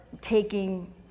taking